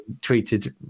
treated